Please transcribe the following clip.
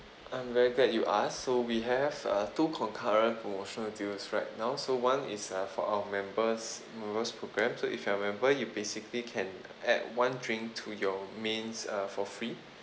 I'm very glad you asked so we have uh two concurrent promotional deals right now so one is uh for our members member's program so if you're a member you basically can add one drink to your mains uh for free